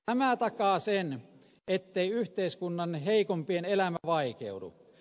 tämä takaa sen ettei yhteiskunnan heikompien elämä vaikeudu